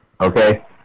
Okay